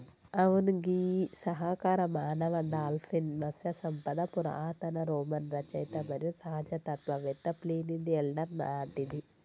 అవును గీ సహకార మానవ డాల్ఫిన్ మత్స్య సంపద పురాతన రోమన్ రచయిత మరియు సహజ తత్వవేత్త ప్లీనీది ఎల్డర్ నాటిది